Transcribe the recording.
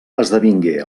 esdevingué